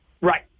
Right